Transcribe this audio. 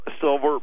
silver